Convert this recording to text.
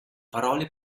parole